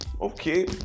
okay